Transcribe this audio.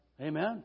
Amen